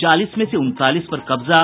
चालीस में से उनतालीस पर कब्जा